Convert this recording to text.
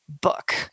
book